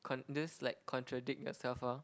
con~ just like contradict yourself lor